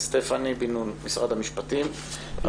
סטפאני בן נון, בבקשה.